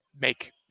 make